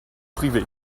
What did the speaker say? privé